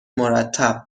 مرتب